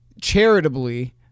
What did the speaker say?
Charitably